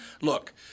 Look